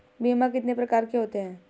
बीमा कितने प्रकार के होते हैं?